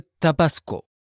Tabasco